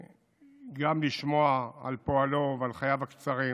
וגם לשמוע על פועלו ועל חייו הקצרים